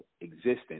existence